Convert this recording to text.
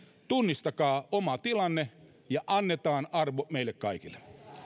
tunnistakaa oma tilanne ja annetaan arvo meille kaikille